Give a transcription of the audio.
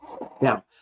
now